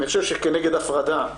אני חושב שכנגד הפרדה,